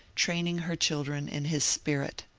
training her children in his spirit.